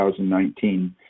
2019